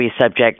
subject